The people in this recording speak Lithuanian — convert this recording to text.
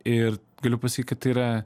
ir galiu pasakyt kad tai yra